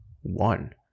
one